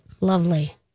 Lovely